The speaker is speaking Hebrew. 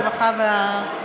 הרווחה והבריאות.